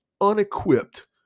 unequipped